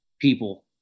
people